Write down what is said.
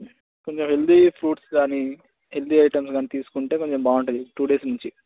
కొంచెం healthy fruits కానీ healthy items కానీ తీసుకుంటే కొంచెం బాగుంటుంది టూ డేస్ నుంచి